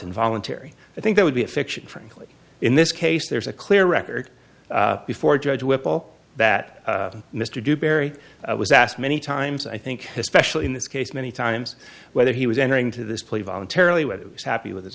involuntary i think that would be a fiction frankly in this case there's a clear record before judge whipple that mr dewberry was asked many times i think especially in this case many times whether he was entering into this plea voluntarily whether it was happy with his